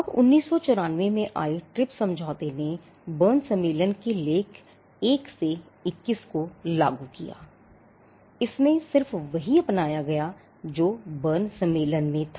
अब 1994 में आए ट्रिप्स समझौते ने बर्न सम्मेलन के लेख 1 से 21 को लागू किया इसमें सिर्फ वही अपनाया गया जो बर्न सम्मेलन में था